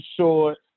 short